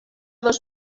dos